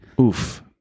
Oof